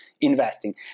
investing